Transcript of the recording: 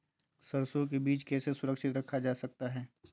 सरसो के बीज कैसे सुरक्षित रखा जा सकता है?